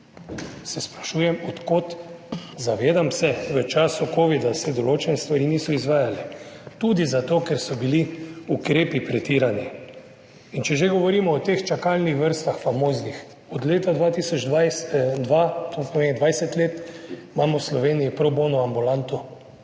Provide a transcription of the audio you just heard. Sprašujem se, od kod. Zavedam se, v času covida se določene stvari niso izvajale, tudi zato ker so bili ukrepi pretirani. In če že govorimo o teh famoznih čakalnih vrstah, od leta 2002, to pomeni 20 let, imamo v Sloveniji pro bono ambulanto,